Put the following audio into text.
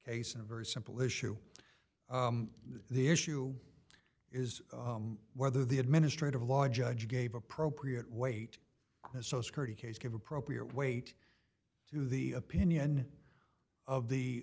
case and a very simple issue the issue is whether the administrative law judge gave appropriate weight and so security case give appropriate weight to the opinion of the